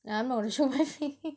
I'm no show my face